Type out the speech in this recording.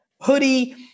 hoodie